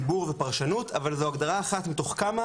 דיבור ופרשנות אבל זו הגדרה אחת מתוך כמה,